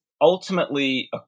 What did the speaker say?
ultimately